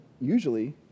usually